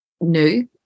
new